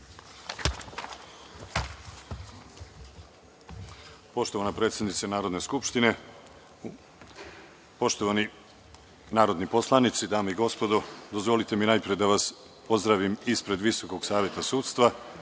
lepo. Poštovana predsednice Narodne skupštine, poštovani narodni poslanici, dame i gospodo, dozvolite mi najpre da vas pozdravim ispred VSS. Ja sam